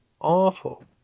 awful